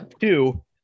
Two